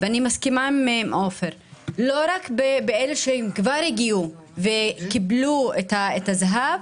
- ואני מסכימה עם עופר לא רק באלה שכבר הגיעו וקיבלו את הזהב